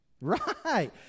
Right